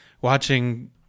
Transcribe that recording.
watching